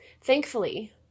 Thankfully